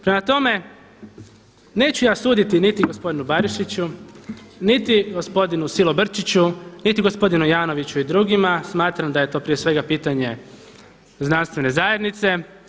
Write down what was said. Prema tome, neću ja suditi nit gospodinu Barišiću, niti gospodinu Silobrčiću, niti gospodinu Janoviću i dr. Smatram da je to prije svega pitanje znanstvene zajednice.